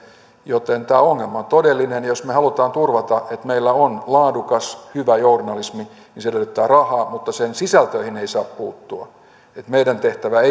joten tämä ongelma on todellinen ja jos me haluamme turvata sen että meillä on laadukas hyvä journalismi niin se edellyttää rahaa mutta sen sisältöihin ei saa puuttua meidän tehtävämme